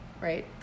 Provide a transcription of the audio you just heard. right